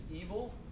evil